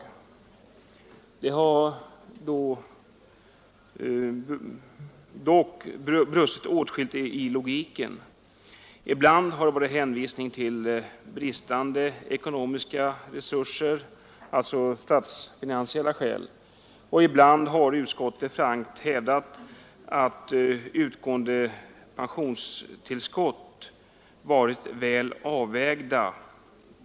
Det har dock brustit åtskilligt i logiken. Ibland har det varit hänvisning till bristande ekonomiska resurser, alltså statsfinansiella skäl, ibland har utskottet frankt hävdat att storleken av utgående pensionstillskott ”varit väl avvägd”.